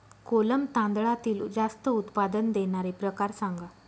कोलम तांदळातील जास्त उत्पादन देणारे प्रकार सांगा